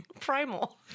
Primal